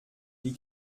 die